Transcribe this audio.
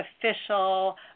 official